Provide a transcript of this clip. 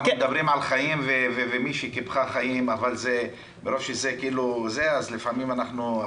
אנחנו מדברים על מי שקיפחה חיים אז לפעמים אנחנו...